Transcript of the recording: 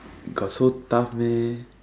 got so tough meh